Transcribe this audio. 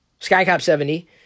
Skycop70